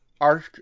Arch